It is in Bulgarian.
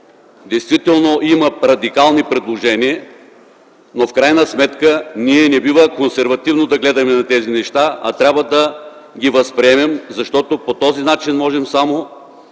действително има радикални предложения, но в крайна сметка ние не бива консервативно да гледаме на тези неща, а трябва да ги възприемем, защото само по този начин можем да